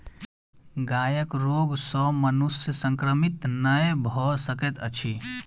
गायक रोग सॅ मनुष्य संक्रमित नै भ सकैत अछि